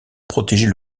protéger